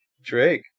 Drake